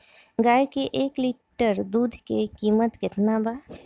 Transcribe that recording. गाए के एक लीटर दूध के कीमत केतना बा?